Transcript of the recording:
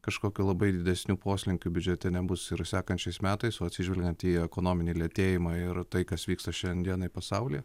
kažkokia labai didesnių poslinkių biudžete nebus ir sekančiais metais o atsižvelgiant į ekonominį lėtėjimąir tai kas vyksta šiandienai pasaulyje